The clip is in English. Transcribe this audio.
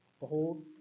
Behold